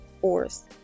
force